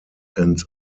and